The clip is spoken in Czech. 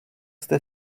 jste